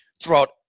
throughout